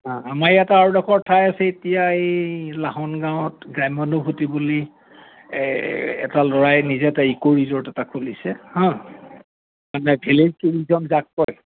আমাৰ ইয়াত আৰু এডোখৰ ঠাই আছে এতিয়া এই লাহন গাঁৱত গ্ৰাম্য অনুভূতি বুলি এটা ল'ৰাই নিজে এটা ইকো ৰিজৰ্ট এটা খুলিছে হা মানে